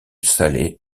salé